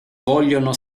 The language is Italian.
vogliono